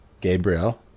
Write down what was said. Gabriel